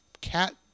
cat